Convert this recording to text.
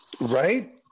Right